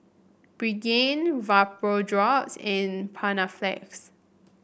Pregain Vapodrops and Panaflex